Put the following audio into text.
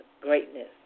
greatness